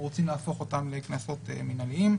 רוצים להפוך אותם לקנסות מינהליים.